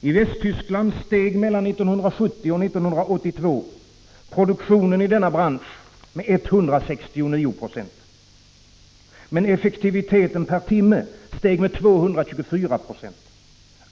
I Västtyskland steg mellan 1970 och 1982 produktionen i denna bransch med 169 90. Men effektiviteten per timme steg med 224 90.